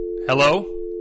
Hello